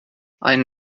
ein